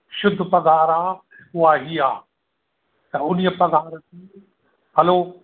शुद्ध पघार आहे उहा हीअ आहे त उन्हीअ पघार हैलो